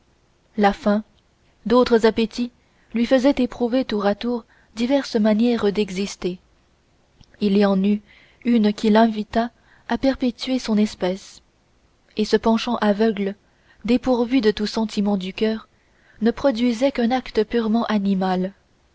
la faim d'autres appétits lui faisant éprouver tour à tour diverses manières d'exister il y en eut une qui l'invita à perpétuer son espèce et ce penchant aveugle dépourvu de tout sentiment du cœur ne produisait qu'un acte purement animal